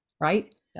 Right